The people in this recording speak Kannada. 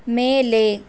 ಮೇಲೆ